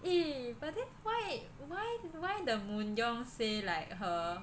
eh but then why why why the Moon Young say like her